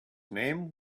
name